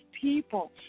people